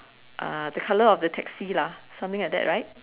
uh the colour of the taxi lah something like that right